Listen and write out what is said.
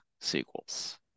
sequels